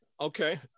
Okay